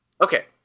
okay